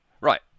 Right